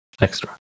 extra